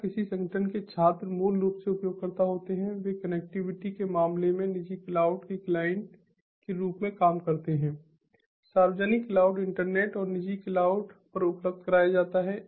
या किसी संगठन के छात्र मूल रूप से उपयोगकर्ता होते हैं वे कनेक्टिविटी के मामले में निजी क्लाउड के क्लाइंट के रूप में काम करते हैं सार्वजनिक क्लाउड इंटरनेट और निजी क्लाउड पर उपलब्ध कराया जाता है